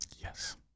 Yes